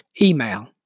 Email